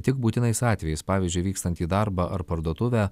tik būtinais atvejais pavyzdžiui vykstant į darbą ar parduotuvę